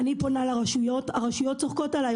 אני פונה לרשויות ושם צוחקים עליי,